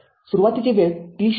सुरुवातीची वेळ t0 ० आहे